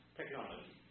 technology